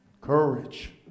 Courage